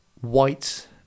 white